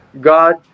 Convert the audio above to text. God